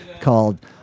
called